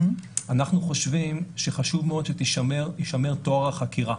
אנחנו חושבים שחשוב מאוד שיישמר טוהר החקירה.